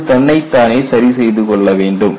அது தன்னைத் தானே சரி செய்து கொள்ள வேண்டும்